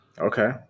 Okay